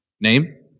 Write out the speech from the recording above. Name